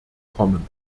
kommen